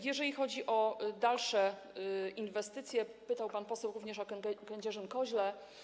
Jeżeli chodzi o dalsze inwestycje, pan poseł pytał również o Kędzierzyn-Koźle.